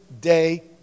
day